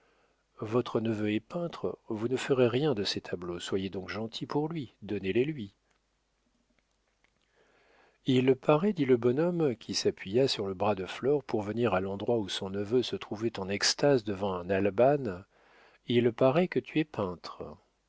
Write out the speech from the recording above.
votre neveu est peintre vous ne ferez rien de ces tableaux soyez donc gentil pour lui donnez les lui il paraît dit le bonhomme qui s'appuya sur le bras de flore pour venir à l'endroit où son neveu se trouvait en extase devant un albane il paraît que tu es peintre